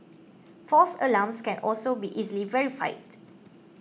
false alarms can also be easily verified